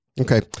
Okay